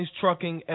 trucking